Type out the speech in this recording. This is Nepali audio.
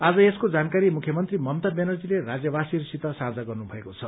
आज यसको जानकारी मुख्यमन्त्री ममता ब्यानर्जीले राज्यवासीहरूसित साझा गर्नुभएको छ